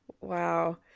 wow